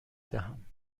دهم